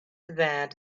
that